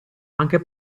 anche